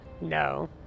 No